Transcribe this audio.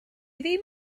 ddim